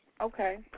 Okay